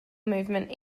movement